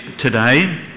today